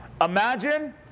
Imagine